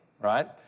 Right